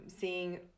seeing